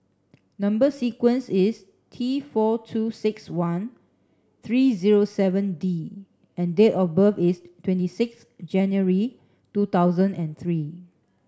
number sequence is T four two six one three zero seven D and date of birth is twenty six January two thousand and three